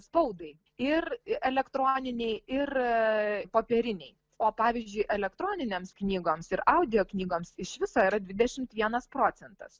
spaudai ir elektroninei ir popierinei o pavyzdžiui elektroninėms knygoms ir audio knygoms iš viso yra dvidešimt vienas procentas